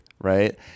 right